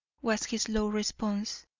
was his low response,